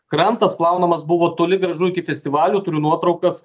krantas plaunamas buvo toli gražu iki festivalio turiu nuotraukas